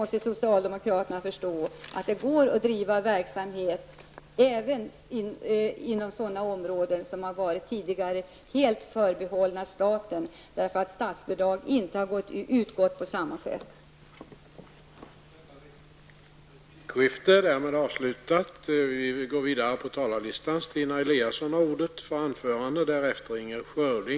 Socialdemokraterna måste förstå att det går att driva verksamhet även inom sådana områden som tidigare har varit helt förbehållna staten, eftersom statsbidrag inte har utgått på samma sätt som för offentlig verksamhet.